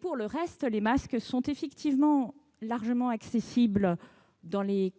Pour le reste, les masques sont effectivement largement accessibles dans les